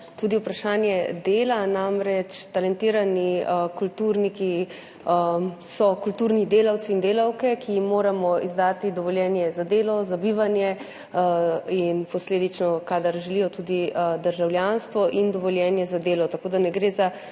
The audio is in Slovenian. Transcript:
tudi za vprašanje dela. Namreč, talentirani kulturniki so kulturni delavci in delavke, ki jim moramo izdati dovoljenje za delo, za bivanje in posledično, kadar želijo, tudi državljanstvo in dovoljenje za delo. Tako da ne gre za